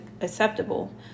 acceptable